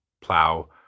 plow